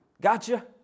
gotcha